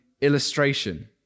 illustration